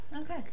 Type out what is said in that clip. Okay